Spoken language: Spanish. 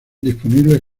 disponible